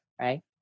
right